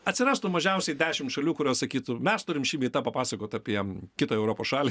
atsirastų mažiausiai dešim šalių kurios sakytų mes turim šį bei tą papasakot apie kitą europos šalį